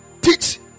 teach